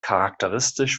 charakteristisch